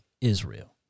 Israel